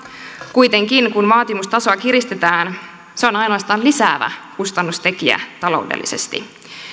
kuitenkin kun vaatimustasoa kiristetään se on ainoastaan lisäävä kustannustekijä taloudellisesti